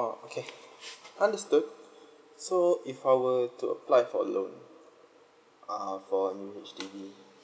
orh okay understood so if I were to apply for loan uh for a new H_D_B